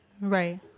Right